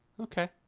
Okay